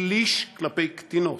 שליש כלפי קטינות.